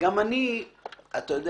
אתה פוגע